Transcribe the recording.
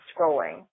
scrolling